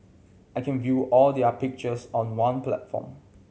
I can view all their pictures on one platform